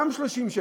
גם 30 שקל.